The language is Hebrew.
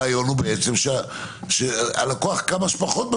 הרעיון הוא שהלקוח הוא בתמונה,